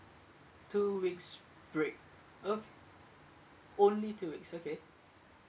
two weeks break ok~ only two weeks okay